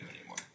anymore